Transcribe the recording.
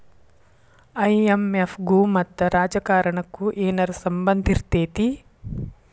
IMF ಗು ಮತ್ತ ರಾಜಕಾರಣಕ್ಕು ಏನರ ಸಂಭಂದಿರ್ತೇತಿ?